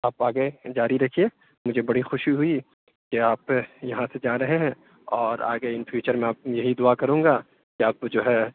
آپ آگے جاری رکھیے مجھے بڑی خوشی ہوئی کہ آپ یہاں سے جا رہے ہیں اور آگے ان فیوچر میں آپ یہی دُعا كروں گا کہ آپ كو جو ہے